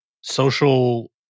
social